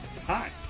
Hi